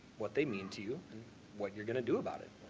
what they mean to you and what you're going to do about it.